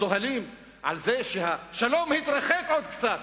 צוהלים על זה שהשלום התרחק עוד קצת,